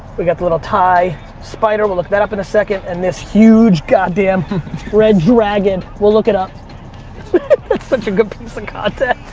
we got the little ty spider, we'll look that up in a second, and this huge god damn red dragon, we'll look it up. that's such a good piece of and content.